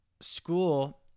school